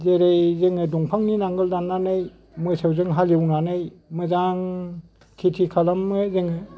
जेरै जोङो दंफांनि नांगोल दाननानै मोसौजों हालेवनानै मोजां खेथि खालामो जोङो